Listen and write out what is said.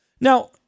Now